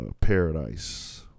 Paradise